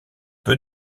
peu